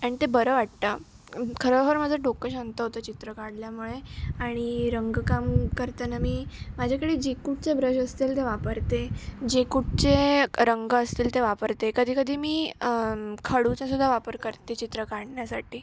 आणि ते बरं वाटतं खरोखर माझं डोकं शांत होतं चित्र काढल्यामुळे आणि रंगकाम करताना मी माझ्याकडे जी कुठचे ब्रश असतील ते वापरते जे कुठचे रंग असतील ते वापरते कधीकधी मी खडूचासुद्धा वापर करते चित्र काढण्यासाठी